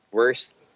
worst